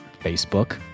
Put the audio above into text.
Facebook